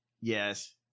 Yes